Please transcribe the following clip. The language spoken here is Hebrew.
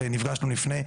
ונפגשנו לפני,